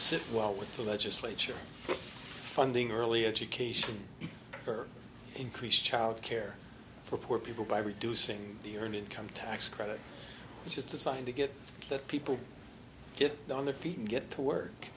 sit well with the legislature funding early education for increased child care for poor people by reducing the earned income tax credit which is designed to get that people get down their feet and get to work